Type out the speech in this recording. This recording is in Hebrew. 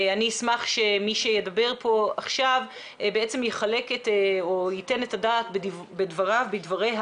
אשמח שמי שידבר פה עכשיו בעצם ייתן את הדעת בדבריו/בדבריה